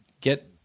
get